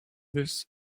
this